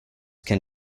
can